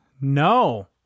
No